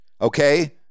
okay